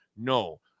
No